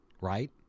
Right